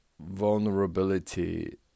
vulnerability